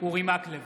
אורי מקלב,